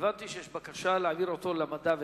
הבנתי שיש בקשה להעביר אותו לוועדת מדע וטכנולוגיה,